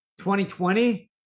2020